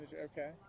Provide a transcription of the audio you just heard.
Okay